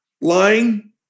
Lying